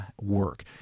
work